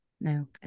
No